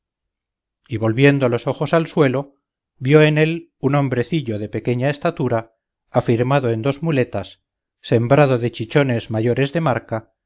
y volviendo los ojos al suelo vió en él un hombrecillo de pequeña estatura afirmado en dos muletas sembrado de chichones mayores de marca